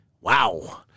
Wow